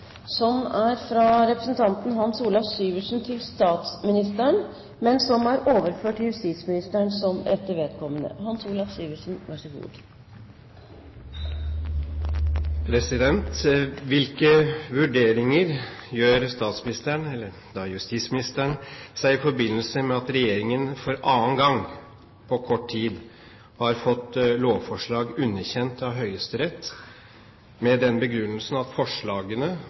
fra representanten Hans Olav Syversen til statsministeren. Spørsmålet vil bli besvart av justisministeren som rette vedkommende. «Hvilke vurderinger gjør statsministeren» – eller justisministeren – «seg i forbindelse med at regjeringen for annen gang på kort tid har fått lovforslag underkjent av Høyesterett med den begrunnelse at forslagene